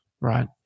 right